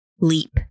leap